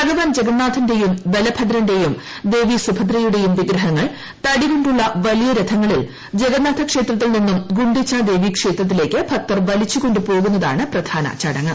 ഭഗവാന്റ് ജഗ്ന്നാഥന്റെയും ബലഭദ്രന്റെയും ദേവീസുഭദ്രയുടെയും പ്പിഗ്ഹങ്ങൾ തടികൊണ്ടുള്ള വലിയ രഥങ്ങളിൽ ജഗന്നാഥ ക്ഷേത്രി്ത്യിൽ നിന്നും ഗുണ്ടിച്ച ദേവീക്ഷേത്രത്തിലേക്ക് ഭക്തർ വ്ലീച്ചുകൊണ്ടുപോകുന്നതാണ് പ്രധാന ചടങ്ങ്